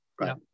Right